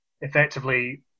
effectively